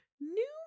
New